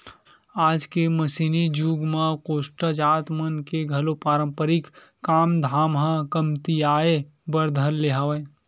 आज के मसीनी जुग म कोस्टा जात मन के घलो पारंपरिक काम धाम ह कमतियाये बर धर ले हवय